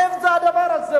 איך זה הדבר הזה?